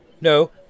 No